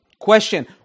Question